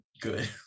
good